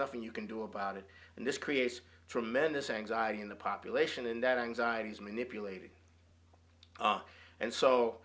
nothing you can do about it and this creates tremendous anxiety in the population and that anxiety is manipulated and so